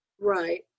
Right